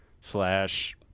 slash